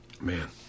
man